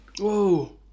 Whoa